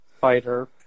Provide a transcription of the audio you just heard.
fighter